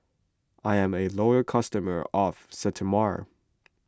I'm a loyal customer of Sterimar